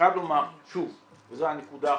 חייב לומר שוב, זו הנקודה עכשיו.